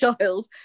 child